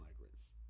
migrants